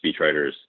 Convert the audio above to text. speechwriters